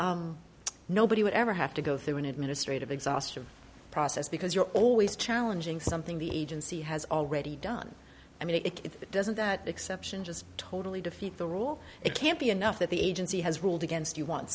nobody would ever have to go through an administrative exhaustive process because you're always challenging something the agency has already done i mean it doesn't that exception just totally defeat the rule it can't be enough that the agency has ruled against